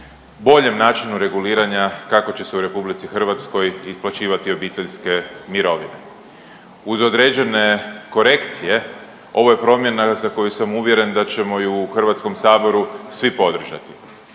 boljem načinu reguliranju kako će se u RH isplaćivati obiteljske mirovine. Uz određene korekcije ovo je promjena za koju sam uvjeren da ćemo ju u HS svi podržati,